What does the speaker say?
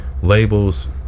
Labels